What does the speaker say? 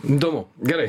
įdomu gerai